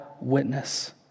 witness